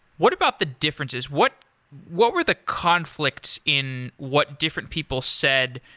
what about the differences? what what were the conflicts in what different people said,